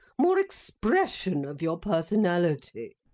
more expression of your personality.